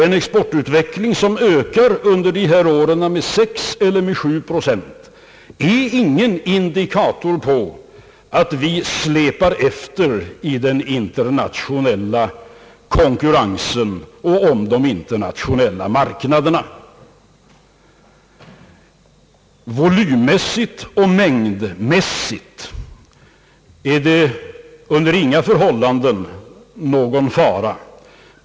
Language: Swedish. En exportökning under ett år med sex eller sju procent är ingen indikator på att vi släpar efter i den internationella konkurrensen och om de internationella marknaderna. Volymmässigt och mängdmässigt är det under inga förhållanden någon fara.